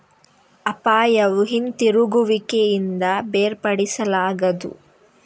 ಅಪಾಯವು ಹಿಂತಿರುಗುವಿಕೆಯಿಂದ ಬೇರ್ಪಡಿಸಲಾಗದು